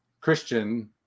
Christian